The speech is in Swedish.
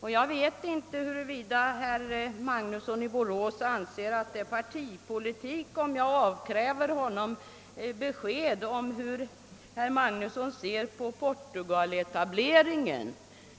och jag vet inte om herr Magnusson i Borås anser att det är partipolitik när jag avkräver honom besked om hur han ser på portugaletableringen.